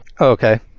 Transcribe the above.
Okay